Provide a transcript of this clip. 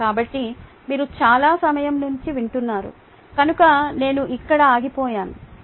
కాబట్టి మీరు చాలా సమయం నుంచి వింటున్నారు కనుక నేను ఇక్కడ ఆగిపోయాను